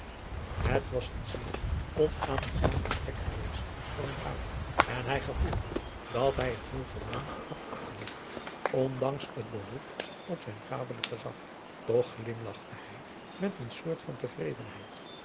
het was een zeer onaangenaam gesprek geweest voor een vader en hij gevoelde dat hij het heel gewoon had afgelegd ondanks het beroep op zijn vaderlijk gezag toch glimlachte hij met een soort van tevredenheid